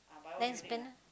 then spend ah